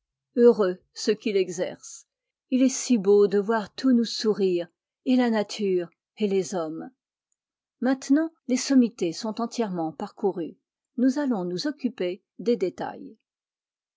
heureux ceux qui l'exercent il est si beau de voir tout nous sourire et la nature et les hommes maintenant les sommités sont entièrement parcourues nous allons nous occuper des détails